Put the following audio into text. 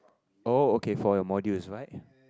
oh okay for your modules right